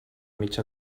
mig